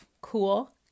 Cool